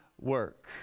work